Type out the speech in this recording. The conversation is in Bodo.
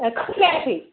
दाबो जायाखै